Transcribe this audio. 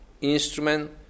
instrument